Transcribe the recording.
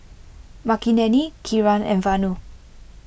Makineni Kiran and Vanu